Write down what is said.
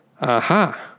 Aha